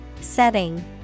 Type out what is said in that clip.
Setting